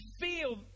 feel